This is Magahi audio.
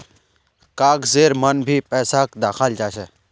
कागजेर मन भी पैसाक दखाल जा छे